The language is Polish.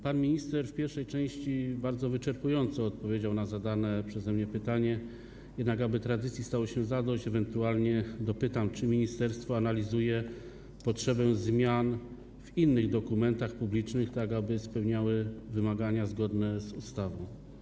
Pan minister w pierwszej części bardzo wyczerpująco odpowiedział na zadane przeze mnie pytanie, jednak aby tradycji stało się zadość, chciałbym dopytać, czy ministerstwo analizuje potrzebę zmian w odniesieniu do innych dokumentów publicznych, tak aby spełniały wymagania zgodne z ustawą.